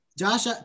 Josh